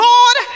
Lord